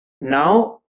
now